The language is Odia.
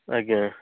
ଆଜ୍ଞା